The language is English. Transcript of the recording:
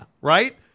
Right